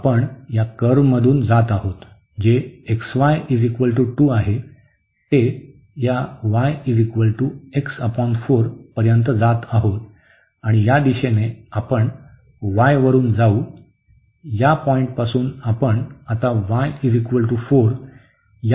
आपण या कर्व्हमधून जात आहोत जे xy 2 आहे ते या y पर्यंत जात आहोत आणि या दिशेने आपण y वरून जाऊ या पॉईंटपासून आपण आता y4 या इंटरसेक्शन पॉईंट पर्यंत मोजू